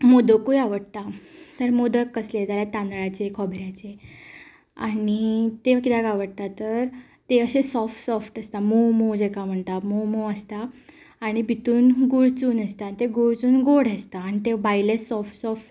मोदकूय आवडटा तर मोदक कसले जाल्यार तांदळाचे खोबऱ्याचे आनी ते कित्याक आवडटा तर ते अशे सॉफ्ट सॉफ्ट आसता मोव मोव जेका म्हणटा मोव मोव आसता आनी भितून गूळ चून आसता तें गूळ चून गोड आसता आनी ते भायलें सॉफ्ट सॉफ्ट